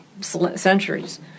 centuries